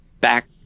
back